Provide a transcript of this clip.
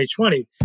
2020